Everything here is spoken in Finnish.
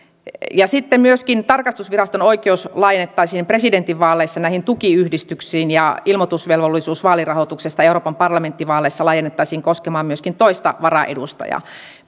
hyvä sitten myöskin tarkastusviraston oikeus laajennettaisiin presidentinvaaleissa näihin tukiyhdistyksiin ja ilmoitusvelvollisuus vaalirahoituksesta euroopan parlamenttivaaleissa laajennettaisiin koskemaan myöskin toista varaedustajaa